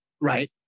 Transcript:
Right